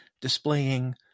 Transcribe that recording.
displaying